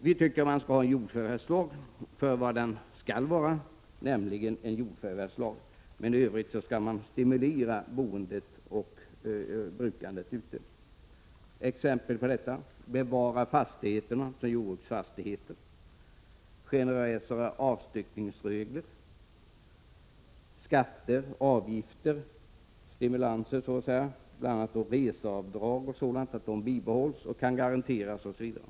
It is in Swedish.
En jordförvärvslag skall enligt vår mening inte fungera som något annat än en sådan. I övrigt skall man stimulera bosättning och sysselsättning på landsbygden. Exempel på sådan stimulans är att bevara fastigheterna som jordbruksfastigheter och att införa generösare avstyckningsregler. Vidare bör stimulanser ges genom minskade skatter och avgifter — reseavdrag bör bibehållas och garanteras, osv.